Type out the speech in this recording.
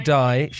die